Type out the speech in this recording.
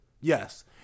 Yes